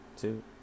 two